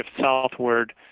southward